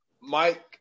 Mike